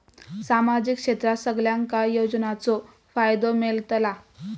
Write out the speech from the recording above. सामाजिक क्षेत्रात सगल्यांका योजनाचो फायदो मेलता?